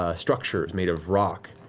ah structures made of rock.